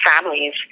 families